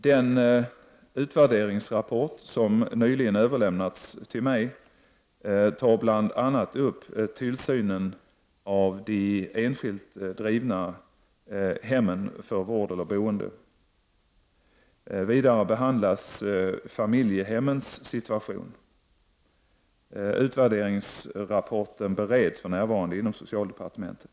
Den utvärderingsrapport som nyligen överlämnats till mig tar bl.a. upp tillsynen av de enskilt drivna hemmen för vård eller boende. Vidare behandlas familjehemmens situation. Utvärderingsrapporten bereds för närvarande i socialdepartementet.